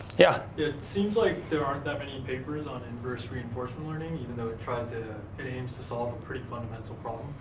yeah? it seems like there aren't that many papers on inverse reinforcement learning you know that try to it aims to solve pretty fundamental problem